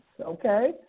okay